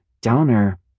Downer